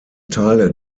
teile